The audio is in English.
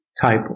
type